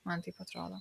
man taip atrodo